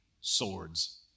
swords